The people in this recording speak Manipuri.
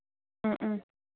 ꯎꯝ ꯎꯝ